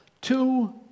two